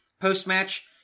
Post-match